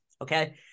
okay